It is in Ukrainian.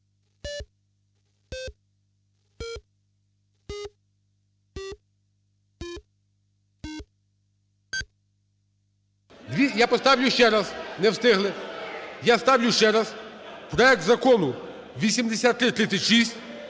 Я поставлю ще раз, не встигли. Я ставлю ще раз проект Закону 8336,